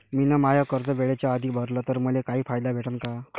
मिन माय कर्ज वेळेच्या आधी भरल तर मले काही फायदा भेटन का?